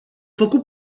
făcut